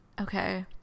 Okay